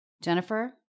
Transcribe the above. Jennifer